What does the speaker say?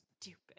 stupid